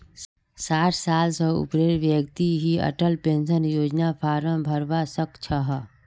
साठ साल स ऊपरेर व्यक्ति ही अटल पेन्शन योजनार फार्म भरवा सक छह